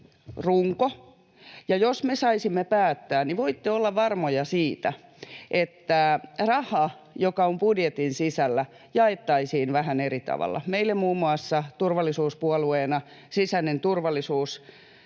jos me saisimme päättää, niin voitte olla varmoja siitä, että raha, joka on budjetin sisällä, jaettaisiin vähän eri tavalla. Meille muun muassa turvallisuuspuolueena sisäinen turvallisuus